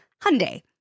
Hyundai